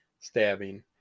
stabbing